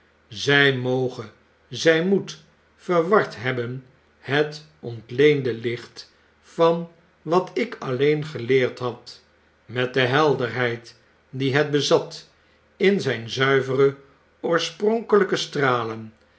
zy moge zy moet verward hebben het ontleende licht van wat ik alleen geleerd had met de helderheid die het bezat in zijn zuivere oorspronkelyke stralen